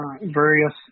various